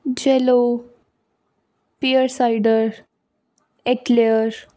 yellow pear cider eclairs